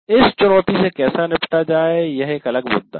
इस चुनौती से कैसे निपटा जाए यह एक अलग मुद्दा है